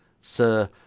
Sir